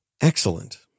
Excellent